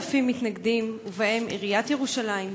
10,000 מתנגדים, ובהם עיריית ירושלים,